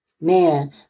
Man